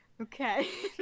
Okay